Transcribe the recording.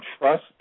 trust